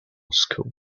school